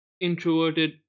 introverted